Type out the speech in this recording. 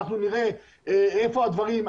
נראה איפה הדברים,